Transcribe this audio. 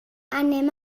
anem